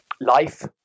Life